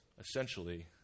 essentially